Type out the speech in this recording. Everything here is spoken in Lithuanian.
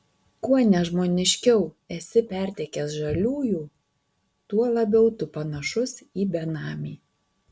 kuo nežmoniškiau esi pertekęs žaliųjų tuo labiau tu panašus į benamį